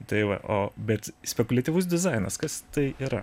tai va o bet spekuliatyvus dizainas kas tai yra